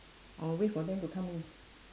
or wait for them to come in